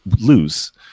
lose